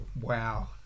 Wow